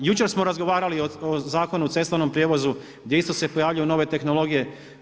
Jučer smo razgovarali o Zakonu u cestovnom prijevozu gdje isto se pojavljuju nove tehnologije.